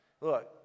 Look